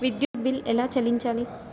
విద్యుత్ బిల్ ఎలా చెల్లించాలి?